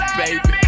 baby